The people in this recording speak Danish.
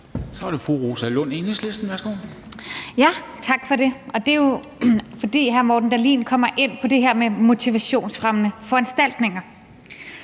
Så er det fru Rosa Lund, Enhedslisten. Værsgo. Kl. 13:30 Rosa Lund (EL): Tak for det. Jeg tager ordet, fordi hr. Morten Dahlin kommer ind på det her med motivationsfremmende foranstaltninger.